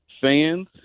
fans